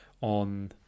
on